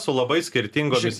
su labai skirtingomis